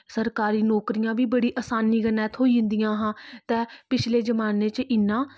सरकारी नौकरियां बी बड़ियां असानी कन्नै थ्होई जंदी हां तां पिछले जमान्ने च इन्ना